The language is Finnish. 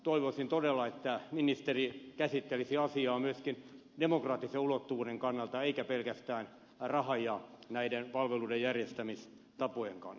toivoisin todella että ministeri käsittelisi asiaa myöskin demokraattisen ulottuvuuden kannalta eikä pelkästään rahan ja palveluiden järjestämistapojen kannalta